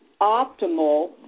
optimal